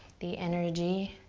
the energy